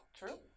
true